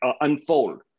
unfold